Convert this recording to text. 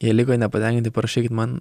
jei likot nepatenkinti parašykit man